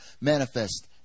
manifest